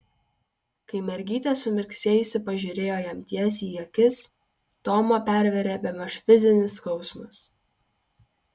kai mergytė sumirksėjusi pažiūrėjo jam tiesiai į akis tomą pervėrė bemaž fizinis skausmas